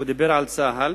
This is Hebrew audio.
הוא דיבר על צה"ל